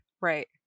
right